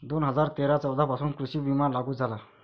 दोन हजार तेरा चौदा पासून कृषी विमा लागू झाला